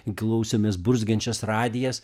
klausėmės burzgiančias radijas